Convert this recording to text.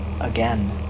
again